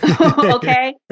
Okay